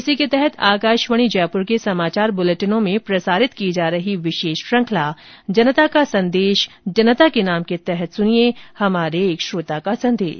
इसी के तहत आकाशवाणी जयपुर के समाचार बुलेटिनों में प्रसारित की जा रही विशेष श्रृखंला जनता का संदेश जनता के नाम के तहत सुनिये हमारे श्रोता का संदेश